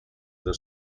the